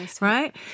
right